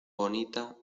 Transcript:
bonita